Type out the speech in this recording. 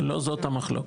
לא זאת המחלוקת.